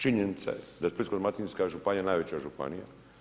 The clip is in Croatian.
Činjenica je da je Splitsko-dalmatinska županija najveća županija.